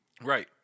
right